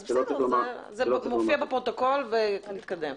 זה מופיע בפרוטוקול, ונתקדם.